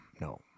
no